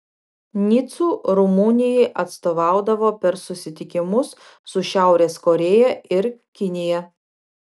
nicu rumunijai atstovaudavo per susitikimus su šiaurės korėja ir kinija